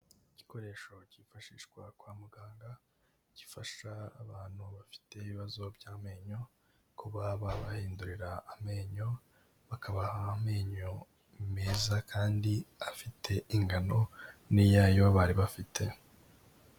Igikoresho cyifashishwa kwa muganga, gifasha abantu bafite ibibazo by'amenyo, kuba babahindurira amenyo bakabaha amenyo meza, kandi afite ingano n'iyayo bari bafite.